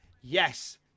yes